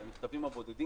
את המכתבים הבודדים,